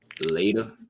later